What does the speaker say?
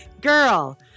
Girl